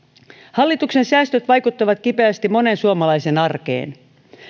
hallituksen säästöt vaikuttavat kipeästi monen suomalaisen arkeen